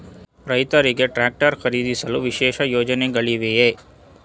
ರೈತರಿಗೆ ಟ್ರಾಕ್ಟರ್ ಖರೀದಿಸಲು ವಿಶೇಷ ಯೋಜನೆಗಳಿವೆಯೇ?